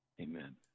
Amen